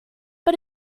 but